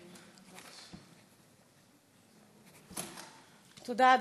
תודה.